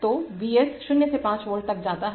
तो V s 0 से 5 volt तक जाता है